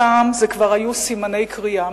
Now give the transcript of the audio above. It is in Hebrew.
הפעם זה כבר היו סימני קריאה.